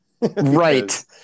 Right